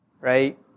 right